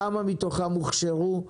כמה מתוכם הוכשרו,